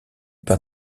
par